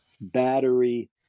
battery